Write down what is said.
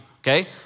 okay